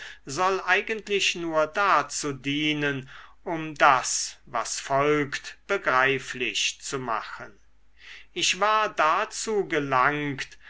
soll eigentlich nur dazu dienen um das was folgt begreiflich zu machen ich war dazu gelangt